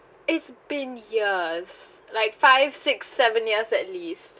it's been years like five six seven years at least